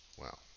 wow